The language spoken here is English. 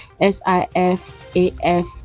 SIFAF